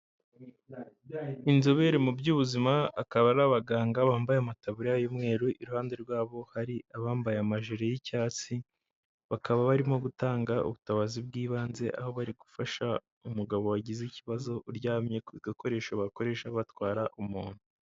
Inzobere mu by'ubuzima, akaba ari abaganga bambaye amataburiya y'umweru iruhande rwabo hari abambaye amajire y'icyatsi, bakaba barimo gutanga ubutabazi bw'ibanze; aho bari gufasha umugabo wagize ikibazo, uryamye ku gakoresho bakoresha batwara umuntu.